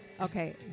Okay